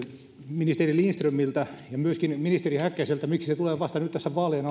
ministeri lindströmiltä ja myöskin ministeri häkkäseltä miksi se tulee esille vasta nyt tässä vaalien